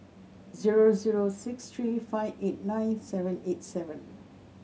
zero zero six three five eight nine seven eight seven